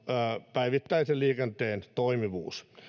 päivittäisen liikenteen toimivuus